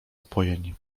upojeń